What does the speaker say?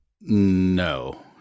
No